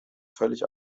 völlig